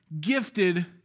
gifted